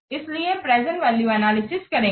इसलिए present value analysis करेंगे